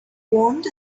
warned